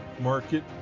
market